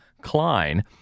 Klein